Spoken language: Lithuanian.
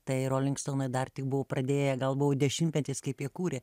tai rolling stonai dar tik buvo pradėję gal buvo dešimtmetis kaip jie kūrė